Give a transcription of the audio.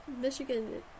michigan